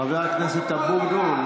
חבר הכנסת אבוטבול,